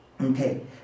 Okay